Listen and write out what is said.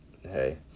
hey